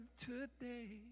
today